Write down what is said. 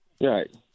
Right